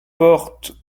port